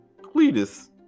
Cletus